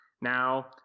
Now